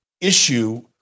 issue